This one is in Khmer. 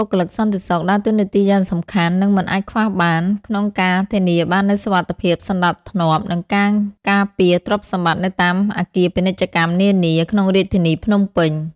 អ្នកយាមកាម ឬបុគ្គលិកសន្តិសុខ ដើរតួនាទីយ៉ាងសំខាន់ និងមិនអាចខ្វះបានក្នុងការធានាបាននូវសុវត្ថិភាព សណ្ដាប់ធ្នាប់ និងការការពារទ្រព្យសម្បត្តិនៅតាមអគារពាណិជ្ជកម្មនានា ក្នុងរាជធានីភ្នំពេញ។